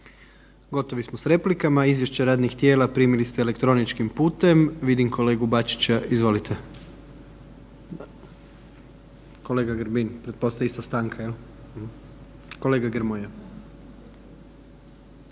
Gotovi smo s replikama. Izvješće radnih tijela primili ste elektroničkim putem, vidim kolegu Bačića. Izvolite. Kolega Grbin, pretpostavljam isto stanka. Kolega Grmoja.